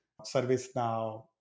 ServiceNow